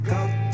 Got